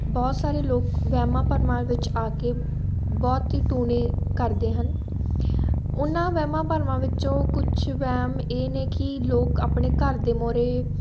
ਬਹੁਤ ਸਾਰੇ ਲੋਕ ਵਹਿਮਾਂ ਭਰਮਾਂ ਵਿੱਚ ਆ ਕੇ ਬਹੁਤ ਹੀ ਟੂਣੇ ਕਰਦੇ ਹਨ ਉਹਨਾਂ ਵਹਿਮਾਂ ਭਰਮਾਂ ਵਿੱਚੋਂ ਕੁਛ ਵਹਿਮ ਇਹ ਨੇ ਕਿ ਲੋਕ ਆਪਣੇ ਘਰ ਦੇ ਮੂਹਰੇ